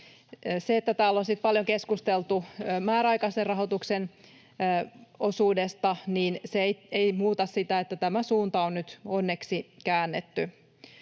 Se, että täällä on paljon keskusteltu määräaikaisen rahoituksen osuudesta, ei muuta sitä, että tämä suunta on nyt onneksi käännetty.